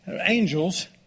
angels